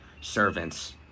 servants